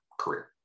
career